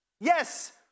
Yes